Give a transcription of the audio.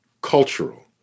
cultural